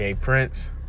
Prince